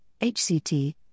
HCT